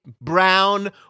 brown